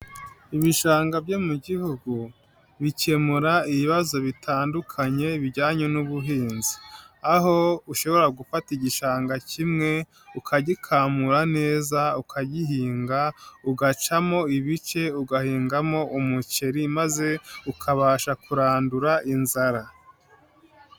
Ibishanga byo mu gihugu bikemura ibibazo bitandukanye bijyanye n'ubuhinzi, aho ushobora gufata igishanga kimwe ukagikamura neza, ukagihinga, ugacamo ibice, ugahingamo umuceri, maze ukabasha kurandura inzara.